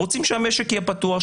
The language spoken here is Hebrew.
רוצים שהמשק יהיה פתוח,